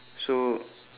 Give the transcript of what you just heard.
so